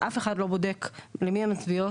אף אחד לא בודק למי הן מצביעות.